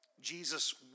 Jesus